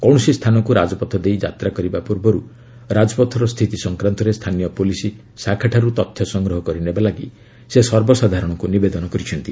କୌଣସି ସ୍ଥାନକୁ ରାଜପଥ ଦେଇ ଯାତ୍ରା କରିବା ପ୍ରର୍ବରୁ ରାଜପଥର ସ୍ଥିତି ସଂକ୍ରାନ୍ତରେ ସ୍ଥାନୀୟ ପୁଲିସ୍ ଶାଖାରୁ ତଥ୍ୟ ସଂଗ୍ରହ କରିନେବା ଲାଗି ସେ ସର୍ବସାଧାରଣଙ୍କୁ ନିବେଦନ କରିଛନ୍ତି